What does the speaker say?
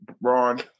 Ron